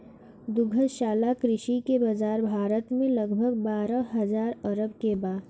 दुग्धशाला कृषि के बाजार भारत में लगभग बारह हजार अरब के बा